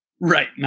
Right